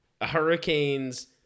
hurricanes